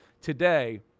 today